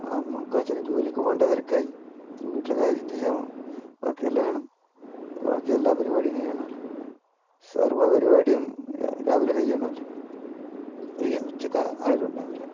അമ്മയ്ക്കും അച്ഛനും ജോലിക്ക് പോകണ്ട തിരക്കായി വീട്ടിലെ കാര്യം ചെയ്യാൻ ബാക്കിയെല്ലാം വേണം ബാക്കിയെല്ലാ പരിപാടിയും ചെയ്യണമല്ലോ സർവ്വ പരിപാടിയും രാവിലെ കഴിയണമല്ലോ ഉച്ചക്ക് ആരും ഉണ്ടാവില്ല